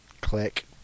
Click